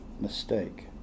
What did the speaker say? mistake